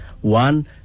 One